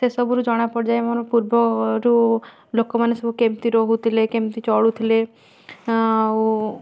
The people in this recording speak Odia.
ସେ ସବୁରୁ ଜଣା ପଡ଼ିଯାଏ ଆମର ପୂର୍ବରୁ ଲୋକମାନେ ସବୁ କେମିତି ରହୁଥିଲେ କେମିତି ଚଳୁଥିଲେ ଆଉ